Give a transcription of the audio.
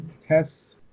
tests